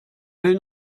will